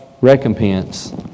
recompense